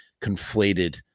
conflated